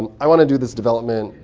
and i want to do this development.